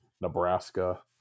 Nebraska